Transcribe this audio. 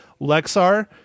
lexar